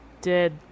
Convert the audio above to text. Dead